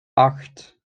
acht